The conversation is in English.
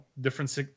different